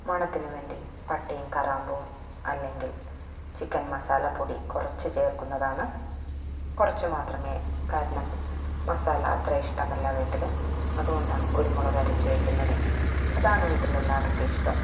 മണത്തിന് വേണ്ടി പട്ടയും കറാമ്പൂവും അല്ലെങ്കില് ചിക്കന് മസാലപ്പൊടി കുറച്ചു ചേര്ക്കുന്നതാണ് കുറച്ചു മാത്രമേ കാരണം മസാല അത്ര ഇഷ്ടമല്ല വീട്ടിൽ അതുകൊണ്ടാണ് കുരുമുളകരച്ചു വെക്കുന്നത് അതാണ് വീട്ടില് എല്ലാവര്ക്കും ഇഷ്ടം